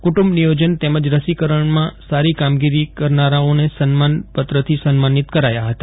કુટુંબ નિયોજન તેમજ રસીકરણની સારી કામગીરી કરનારને સન્માન પત્રથી સન્માનીત કરાયાં હતા